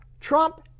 Trump